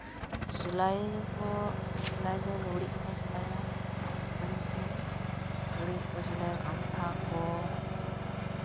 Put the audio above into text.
ᱟᱨ ᱥᱤᱞᱟᱭ ᱦᱚᱸ ᱥᱤᱞᱟᱭ ᱟᱠᱚ ᱞᱩᱜᱽᱲᱤᱡ ᱠᱚᱠᱚ ᱥᱤᱞᱟᱭᱟ ᱚᱱᱟ ᱢᱮᱥᱤᱱ ᱞᱩᱜᱽᱲᱤᱡ ᱠᱚ ᱥᱤᱞᱟᱭᱟ ᱠᱟᱱᱛᱷᱟ ᱠᱚ